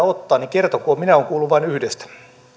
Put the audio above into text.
voidaan ottaa niin kertokoon minä olen kuullut vain yhdestä